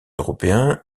européens